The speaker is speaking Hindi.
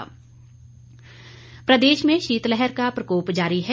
मौसम प्रदेश में शीतलहर का प्रकोप जारी है